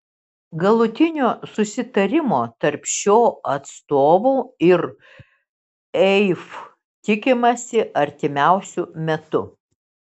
galutinio susitarimo tarp šio atstovų ir eif tikimasi artimiausiu metu